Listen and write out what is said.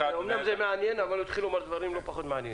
אמנם זה מעניין אבל הוא התחיל לומר דברים לא פחות מעניינים.